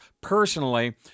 personally